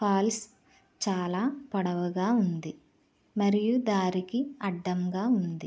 falls చాలా పొడవుగా ఉంది మరియు దారికి అడ్డంగా ఉంది